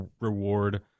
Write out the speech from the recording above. reward